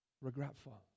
regretful